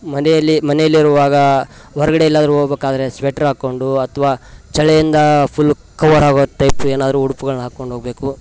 ಮನೇಲಿ ಮನೇಲಿ ಇರುವಾಗ ಹೊರ್ಗಡೆ ಎಲ್ಲಾದರು ಹೋಗಬೇಕಾದ್ರೆ ಸ್ವೆಟ್ರ್ ಹಾಕ್ಕೊಂಡು ಅಥವಾ ಚಳಿಯಿಂದ ಫುಲ್ ಕವರ್ ಆಗೊ ಟೈಪ್ ಏನಾದರು ಉಡುಪುಗಳ್ನ ಹಾಕೊಂಡು ಹೋಗಬೇಕು